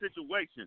situation